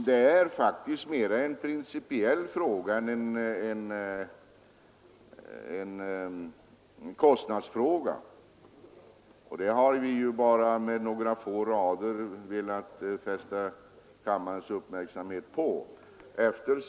Den är faktiskt mera en principiell fråga än en kostnadsfråga, och det har vi med några få rader velat fästa kammarens uppmärksamhet på.